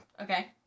Okay